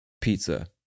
pizza